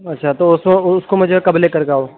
اچھا تو اُس سو اُس کو میں کب لے کر کے آؤں